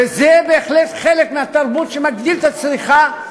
וזה בהחלט חלק מהתרבות שמגדיל את הצריכה,